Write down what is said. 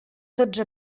dotze